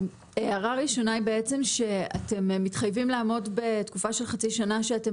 הערה ראשונה היא שאתם מתחייבים לעמוד בתקופה של חצי שנה כשאתם